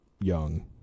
young